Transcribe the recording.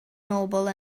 nobles